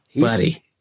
Buddy